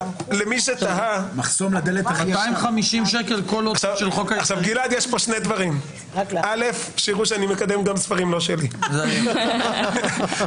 לנו שכל הסיבה שאין להם מקור זה בגלל שהמקור נמצא בבית המשפט הזר.